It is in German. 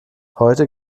heute